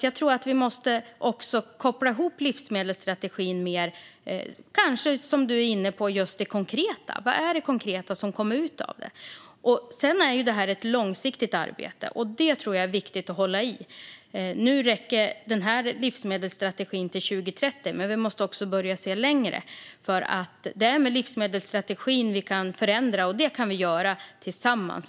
Jag tror att vi måste koppla ihop livsmedelsstrategin mer med det konkreta, som Magnus Oscarsson är inne på. Vad är det konkreta som kommer ut av detta? Detta är ett långsiktigt arbete, och det tror jag är viktigt att hålla i. Den här livsmedelsstrategin räcker till 2030, men vi måste också börja se längre. Det är med livsmedelsstrategin vi kan förändra, och det kan vi göra tillsammans.